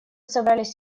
собрались